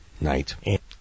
Night